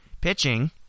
Pitching